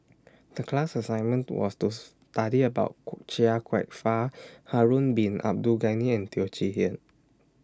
The class assignment was to study about Chia Kwek Fah Harun Bin Abdul Ghani and Teo Chee Hean